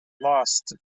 lost